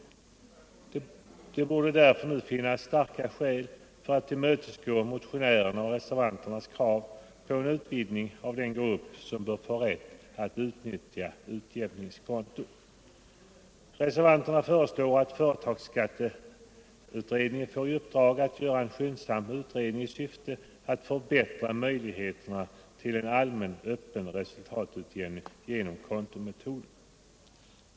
23-öktober; 1974 Det borde därför nu finnas starka skäl för att tillmötesgå motionärernas So och reservanternas krav på en utvidgning av den grupp som bör få rätt Resultatutjämning att utnyttja utjämningskonton. Reservanterna föreslår att företagsskattebevid beskattningen redningen får i uppdrag att göra en skyndsam utredning i syfte att förbättra möjligheterna till en allmän öppen resultatutjämning genom kontometoden.